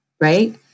right